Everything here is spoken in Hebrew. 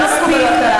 מספיק.